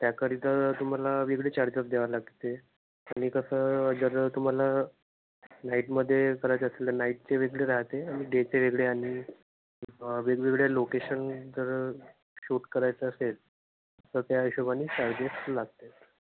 त्याकरिता तुम्हाला वेगळे चार्जेस द्यावं लागते आणि कसं जर तुम्हाला नाईटमध्ये करायचं असलं नाईटचे वेगळे राहते आणि डेचे वेगळे आणि वेगवेगळ्या लोकेशन जर शूट करायचं असेल तर त्या हिशोबाने चार्जेस लागतात